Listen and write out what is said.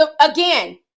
again